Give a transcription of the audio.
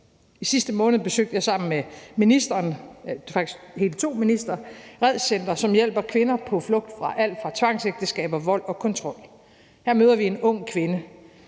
I sidste måned besøgte jeg sammen med ministeren – faktisk hele to ministre – RED Center, som hjælper kvinder på flugt fra alt fra tvangsægteskaber, vold og kontrol. Her mødtevi en ung kvinde.